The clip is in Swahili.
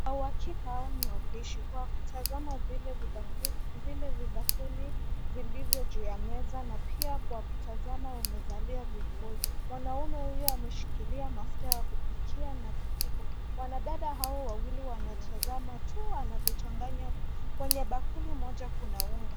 Kwa uhakika hawa ni wapishi kwa kutazama vile vibakuli vilivyo juu ya meza na pia kwa kutazama wamevalia vikoi. Mwanaume huyu ameshikilia mafuta ya kupikia na vijiko, wanadada hao wawili wanatazama tuu anavyochanganya, kwenye bakuli moja kuna unga.